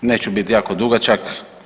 Neću biti jako dugačak.